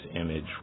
image